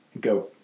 go